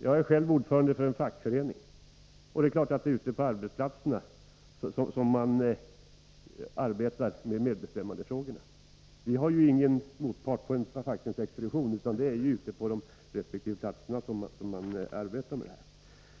Jag är själv ordförande i en fackförening, och det är klart att det är ute på arbetsplatserna som man arbetar med medbestämmandefrågorna. Vi har ju ingen motpart på en fackföreningsexpedition, utan det är alltså ute på de resp. arbetsplatserna som man arbetar med detta.